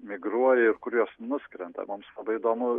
migruoja ir kur jos nuskrenda mums labai įdomu